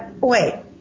wait